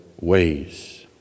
ways